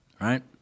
right